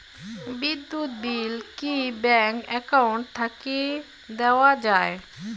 বিদ্যুৎ বিল কি bank account থাকি দেওয়া য়ায়?